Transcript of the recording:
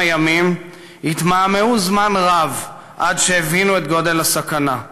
הימים התמהמהו זמן רב עד שהבינו את גודל הסכנה.